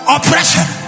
Oppression